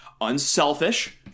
Unselfish